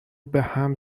بهم